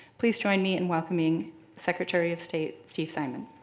please join me in welcoming secretary of state steve simon.